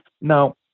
now